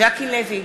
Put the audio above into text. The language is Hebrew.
ז'קי לוי,